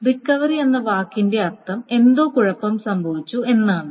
recovery എന്ന വാക്കിന്റെ അർത്ഥം എന്തോ കുഴപ്പം സംഭവിച്ചു എന്നാണ്